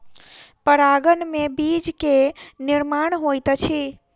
परागन में बीज के निर्माण होइत अछि